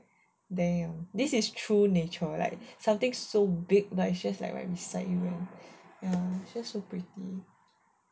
then ya this is true nature like something so big like and it's just right beside you ya it's just so so pretty